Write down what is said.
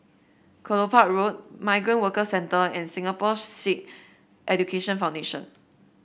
Kelopak Road Migrant Workers Centre and Singapore Sikh Education Foundation